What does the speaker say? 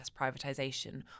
privatisation